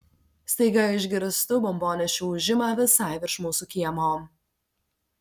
staiga išgirstu bombonešių ūžimą visai virš mūsų kiemo